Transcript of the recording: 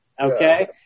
okay